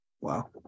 Wow